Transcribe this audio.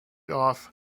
off